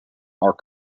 are